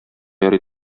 ярый